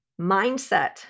mindset